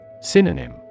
Synonym